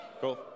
cool